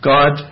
God